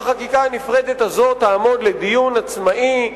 והחקיקה הנפרדת הזאת תעמוד לדיון עצמאי,